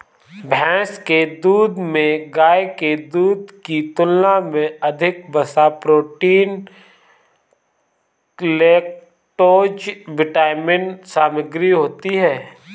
भैंस के दूध में गाय के दूध की तुलना में अधिक वसा, प्रोटीन, लैक्टोज विटामिन सामग्री होती है